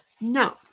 No